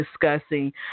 discussing